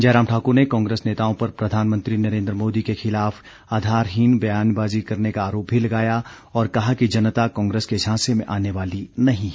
जयराम ठाक्र ने कांग्रेस नेताओं पर प्रधानमंत्री नरेन्द्र मोदी के खिलाफ आधारहीन बयानबाज़ी करने का आरोप भी लगाया और कहा कि जनता कांग्रेस के झांसे में आने वाली नहीं है